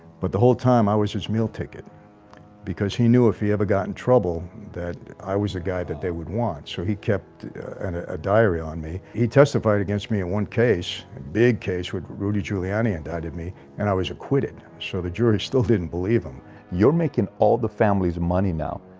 but the whole time. i was his meal ticket because he knew if he ever got in trouble that i was a guy that they would want so he kept and ah a diary on me he testified against me in one case a big case would rudy giuliani, and i did me and i was acquitted so the jury still didn't believe him you're making all the family's money now.